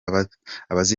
abazitabira